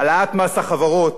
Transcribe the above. העלאת מס החברות,